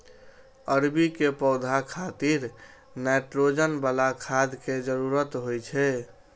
अरबी के पौधा खातिर नाइट्रोजन बला खाद के जरूरत होइ छै